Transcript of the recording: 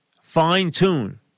fine-tune